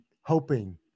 hoping